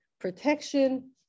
protection